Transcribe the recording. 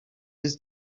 his